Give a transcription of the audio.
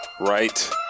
Right